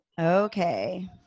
Okay